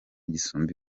gisumba